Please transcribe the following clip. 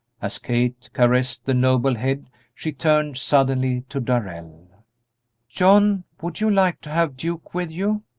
as kate caressed the noble head she turned suddenly to darrell john, would you like to have duke with you?